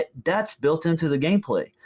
ah that's built into the gameplay.